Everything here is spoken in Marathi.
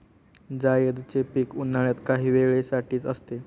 जायदचे पीक उन्हाळ्यात काही वेळे साठीच असते